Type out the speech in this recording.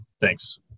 Thanks